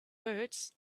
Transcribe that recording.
hurts